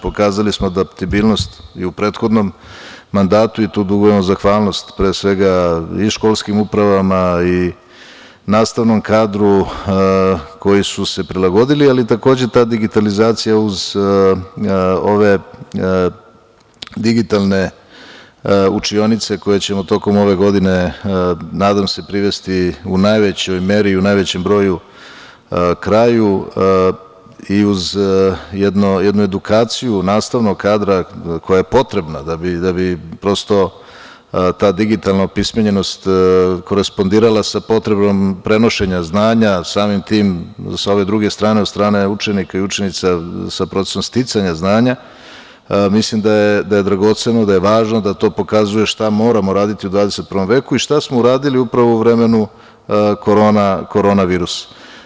Pokazali smo da i u prethodnom mandatu dugujemo zahvalnost pre svega i školskim upravama i nastavnom kadru koji su se prilagodili, ali takođe ta digitalizacija uz ove digitalne učionice koje ćemo tokom ove godine, nadam se, privesti u najvećoj meri i u najvećem broju kraju i uz jednu edukaciju nastavnog kadra, koja je potrebna da bi prosto ta digitalna opismenjenost korespondirala sa potrebom prenošenja znanja, samim tim sa ove druge strane, od strane učenika i učenica, sa procesom sticanja znanja, mislim da je dragoceno, da je važno, da to pokazuje šta moramo raditi u 21. veku i šta smo uradili upravo u vremenu korona virusa.